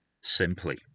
simply